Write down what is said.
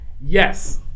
Yes